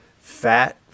fat